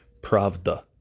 pravda